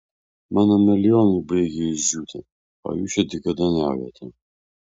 mano melionai baigia išdžiūti o jūs čia dykaduoniaujate